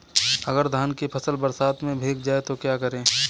अगर धान की फसल बरसात में भीग जाए तो क्या करें?